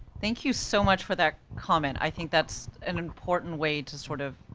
thank you so much for that comment, i think that's an important way to sort of.